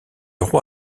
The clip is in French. roi